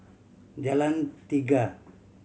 Jalan Tiga